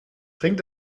trink